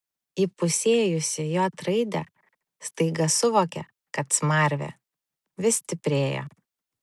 įpusėjusi j raidę staiga suvokė kad smarvė vis stiprėja